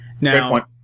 Now